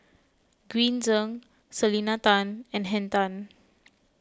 Green Zeng Selena Tan and Henn Tan